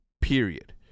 Period